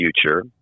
future